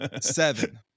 Seven